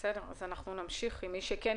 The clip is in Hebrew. מי שקונה